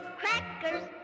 crackers